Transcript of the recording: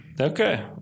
Okay